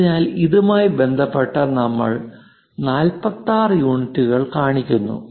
അതിനാൽ ഇതുമായി ബന്ധപ്പെട്ട് നമ്മൾ 46 യൂണിറ്റുകൾ കാണിക്കുന്നു